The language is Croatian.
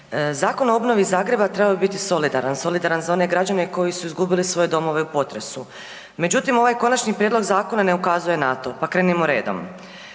Zakon o obnovi Zagreba trebao bi biti solidaran, solidaran za one građani koji su izgubili svoje domove u potresu međutim ovaj konačni prijedlog zakona ne ukazuje na to pa krenimo redom.